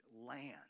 land